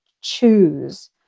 choose